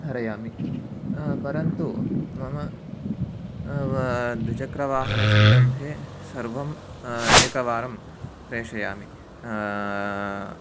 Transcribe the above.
धरयामि परन्तु मम द्विचक्रवाहनसन्दर्भे सर्वं एकवारं प्रेषयामि